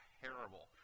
terrible